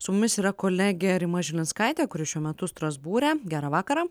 su mumis yra kolegė rima žilinskaitė kuri šiuo metu strasbūre gerą vakarą